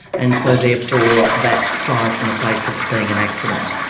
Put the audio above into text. and so therefore that flies in the face of it being an accident.